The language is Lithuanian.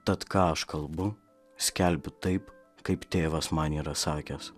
tad ką aš kalbu skelbiu taip kaip tėvas man yra sakęs